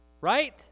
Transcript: right